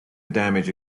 damage